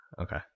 Okay